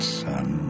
sun